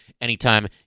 anytime